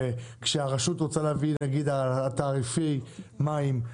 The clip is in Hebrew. וכשהרשות רוצה למשל לדון על תעריפי המים,